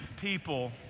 people